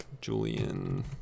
Julian